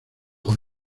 con